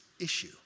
issue